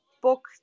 book